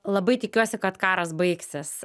labai tikiuosi kad karas baigsis